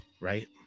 right